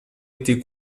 été